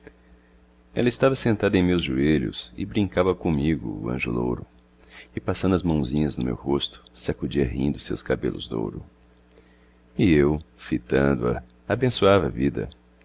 ela estava sentada em meus joelhos e brincava comigo o anjo louro e passando as mãozinhas no meu rosto sacudia rindo os seus cabelos douro e eu fitando-a abençoava a vida